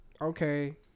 okay